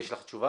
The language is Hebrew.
יש לך תשובה?